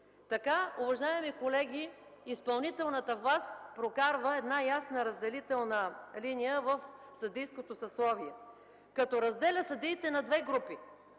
Така, уважаеми колеги, изпълнителната власт прокарва една ясна разделителна линия в съдийското съсловие, като разделя съдиите на две групи.